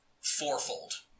fourfold